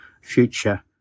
future